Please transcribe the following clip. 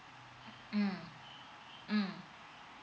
mm mm